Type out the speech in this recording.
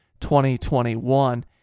2021